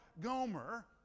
Gomer